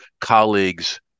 colleagues